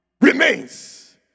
Remains